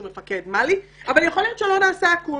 מפקד מל"י אבל יכול להיות שלא נעשה הכול.